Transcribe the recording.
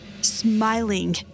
smiling